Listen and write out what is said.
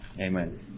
Amen